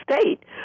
State